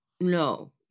no